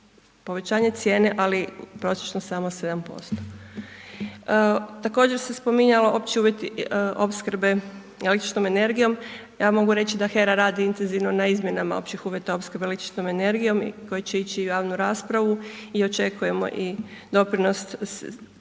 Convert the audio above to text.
povećanje cijene, ali prosječno samo 7%. Također se spominjalo opći uvjeti opskrbe električnom energijom ja mogu reći da HERA radi intenzivno na izmjenama općih uvjeta opskrbom električnom energijom koje će ići u javnu raspravu i očekujemo i doprinos i